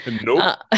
Nope